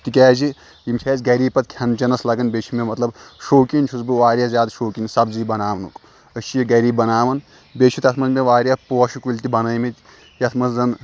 تِکیٛازِ یِم چھِ اسہِ گری پتہٕ کھٮ۪ن چٮ۪نس لگان بیٚیہِ چھ مےٚ مطلب شوقیٖن چھُس بہٕ واریاہ زیادٕ شوقیٖن سبٕزی بناونُک أسۍ چھِ یہِ گری بناوان بیٚیہِ چھ تتھ منٛز مےٚ واریاہ پوشہٕ کُلۍ تہِ بنٲے مٕتۍ یتھ منٛز زن